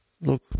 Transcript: look